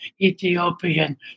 Ethiopian